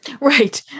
Right